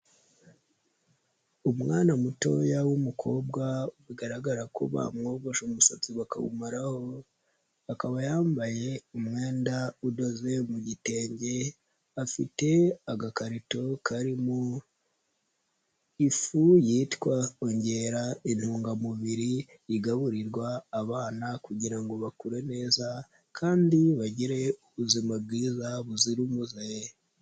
Umwana mutoya w'umukobwa bigaragara kuba bamwogoshe umusatsi bakawumaraho akaba yambaye umwenda udoze mu gitenge, afite agakarito karimo ifu yitwa ongera intungamubiri igaburirwa abana kugira ngo bakure neza kandi bagire ubuzima bwiza buzira umuze.